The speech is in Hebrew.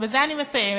ובזה אני מסיימת,